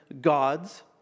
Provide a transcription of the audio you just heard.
gods